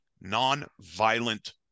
non-violent